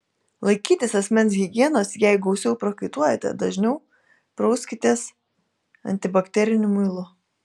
laikytis asmens higienos jei gausiau prakaituojate dažniau prauskitės antibakteriniu muilu